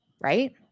Right